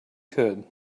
could